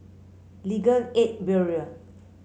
Legal Aid Bureau